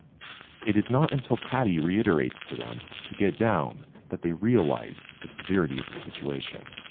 it is not until patty reiterates to them to get down that they realize the severity of the situation.